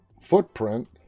footprint